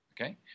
Okay